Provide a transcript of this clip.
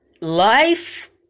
life